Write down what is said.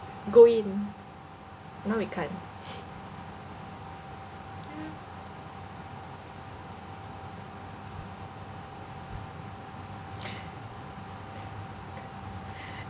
go in now we can't